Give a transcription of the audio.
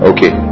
Okay